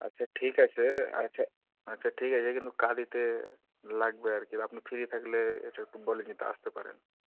আচ্ছা ঠিক আছে আচ্ছা আচ্ছা ঠিক আছে কিন্তু কাঁদিতে লাগবে আর কি আপনি ফ্রি থাকলে একটু বলেন যদি আসতে পারেন